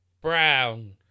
brown